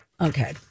Okay